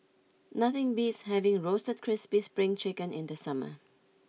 nothing beats having Roasted Crispy Spring Chicken in the summer